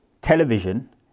Television